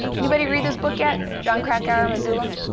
anybody read this book yet, jon krakauer, missoula?